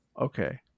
okay